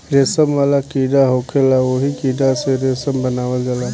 रेशम वाला कीड़ा होखेला ओही कीड़ा से रेशम बनावल जाला